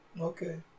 Okay